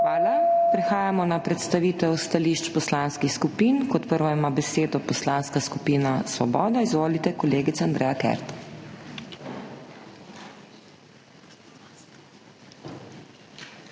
Hvala. Prehajamo na predstavitev stališč poslanskih skupin. Kot prva ima besedo Poslanska skupina Svoboda. Izvolite, kolegica Andreja Kert.